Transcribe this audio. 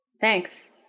Thanks